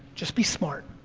just be smart.